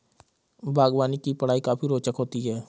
बागवानी की पढ़ाई काफी रोचक होती है